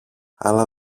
αλλά